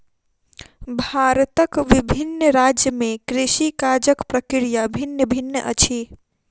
भारतक विभिन्न राज्य में कृषि काजक प्रक्रिया भिन्न भिन्न अछि